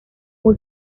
muy